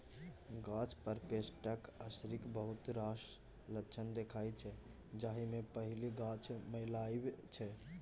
गाछ पर पेस्टक असरिक बहुत रास लक्षण देखाइ छै जाहि मे पहिल गाछक मौलाएब छै